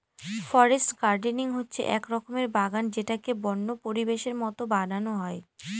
forest gardening হচ্ছে এক রকমের বাগান যেটাকে বন্য পরিবেশের মতো বানানো হয়